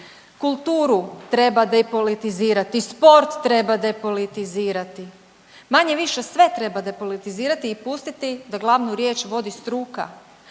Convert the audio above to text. Kulturu treba depolitizirati, sport treba depolitizirati, manje-više sve treba depolitizirati i pustiti da glavnu riječ vodi struka,